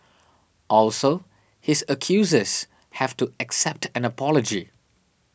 also his accusers have to accept an apology